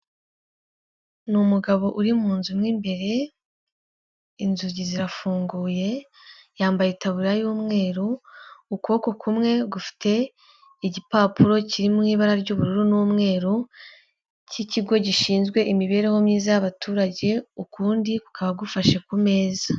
Ni umugabo uri mu nzu mo imbere, inzugi zirafunguye, yambaye itaburiya y'umweru, ukuboko kumwe gufite igipapuro kiri mu ibara ry'ubururu n'umweru, cy'ikigo gishinzwe imibereho myiza y'abaturage, ukundi kukaba gufashe ku meza.